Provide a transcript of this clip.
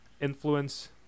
influence